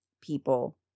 people